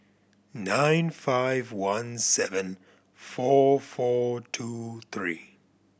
nine five one seven four four two three